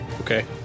Okay